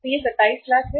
तो यह 27 लाख है